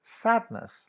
sadness